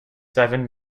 seven